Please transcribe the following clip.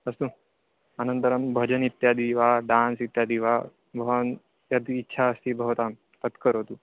अस्तु अनन्तरं भोजनम् इत्यादि वा डान्स् इत्यादि वा भवान् यद् इच्छा अस्ति भवतां तद् करोतु